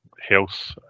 health